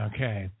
Okay